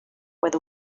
where